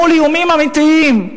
מול איומים אמיתיים?